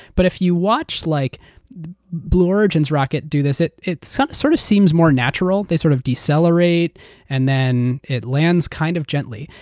but if you watched like blue origins rocket do this, it seems so sort of seems more natural. they sort of decelerate and then it lands kind of gently.